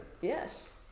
Yes